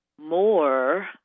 more